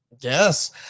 Yes